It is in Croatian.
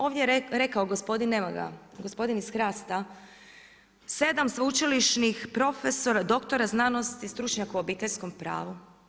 Ovdje je rekao gospodin, nema ga, gospodin iz HRAST-a 7 sveučilišnih profesora, doktora znanosti, stručnjaka u Obiteljskom pravu.